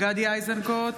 גדי איזנקוט,